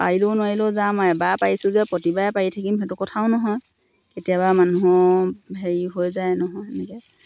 পাৰিলেও নোৱাৰিলেও যাম আৰু এবাৰ পাৰিছোঁ যে প্ৰতিবাৰে পাৰি থাকিম সেইটো কথাও নহয় কেতিয়াবা মানুহ হেৰি হৈ যায় নহয় এনেকৈ